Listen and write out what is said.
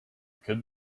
could